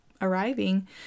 arriving